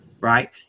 right